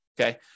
Okay